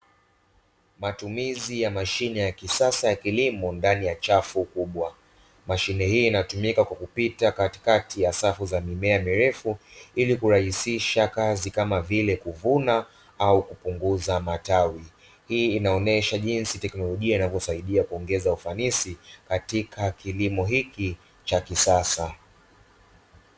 Matumizi ya mashine ya kisasa ya kilimo ndani ya safu kubwa. Mashine hii inatumika kwa kupita katikati ya safu ya mimea mirefu ili kurahisisha kazi kama vile kuvuna au kupunguza matawi. Hii inaonyesha jinsi teknolojia inavyosaidia kuongeza ufanisi katika kilimo hiki cha kisasa.